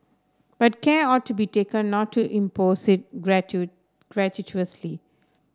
but care ought to be taken not to impose it gratuitously